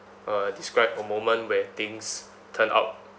uh describe a moment where things turned out